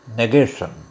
negation